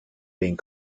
being